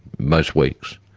most weeks